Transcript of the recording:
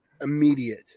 immediate